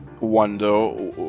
wonder